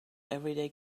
everyday